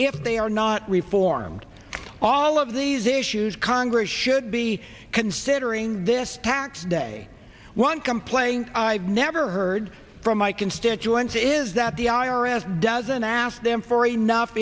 if they are not reformed all of these issues congress should be considering this tax day one complaint i've never heard from my constituents is that the i r s doesn't ask them for enough